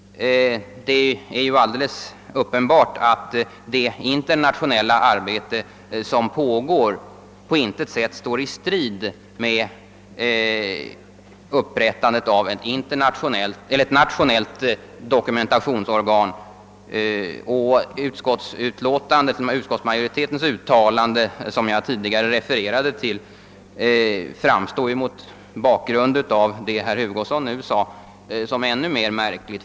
Det är alldeles uppenbart att det internationella arbete som bedrivs på intet sätt står i strid med upprättandet av ett nationellt dokumentationsorgan. Utskottsmajoritetens uttalande, som jag tidigare refererade till, framstår mot bakgrund av herr Hugossons anförande som synnerligen märkligt.